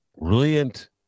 Brilliant